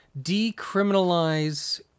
decriminalize